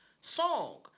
song